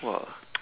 !wah!